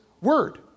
word